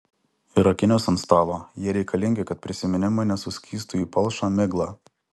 ir akinius ant stalo jie reikalingi kad prisiminimai nesuskystų į palšą miglą